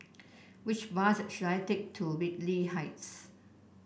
which bus should I take to Whitley Heights